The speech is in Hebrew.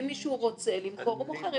אם מישהו רוצה למכור הוא מוכר,